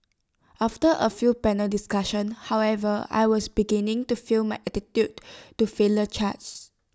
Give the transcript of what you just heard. after A few panel discussions however I was beginning to feel my attitude to failure charge